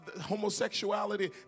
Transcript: homosexuality